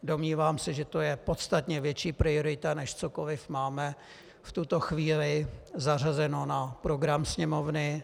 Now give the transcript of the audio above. Domnívám se, že to je podstatně větší priorita, než cokoli máme v tuto chvíli zařazeno na program Sněmovny.